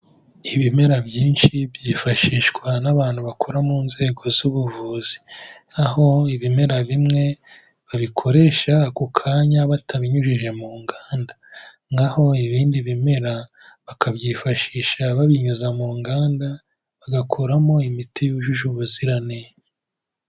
Ibimera byinshi byifashishwa n'abantu bakora mu nzego z'ubuvuzi aho ibimera bimwe babikoresha ako kanya batabinyujije mu nganda n'aho ibindi bimera bakabyifashisha babinyuza mu nganda bagakoramo imiti yujuje ubuziranenge.